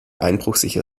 einbruchsicher